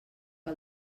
que